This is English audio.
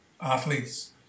athletes